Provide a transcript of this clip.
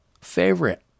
favorite